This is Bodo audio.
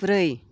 ब्रै